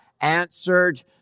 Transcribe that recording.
answered